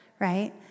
right